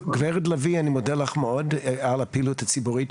גב' לביא, אני מודה לך מאוד על הפעילות הציבורית.